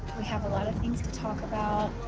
we have a lot of things to talk about.